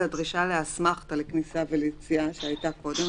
הדרישה לאסמכתה לכניסה וליציאה שהייתה קודם.